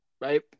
right